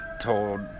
told